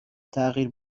تغییر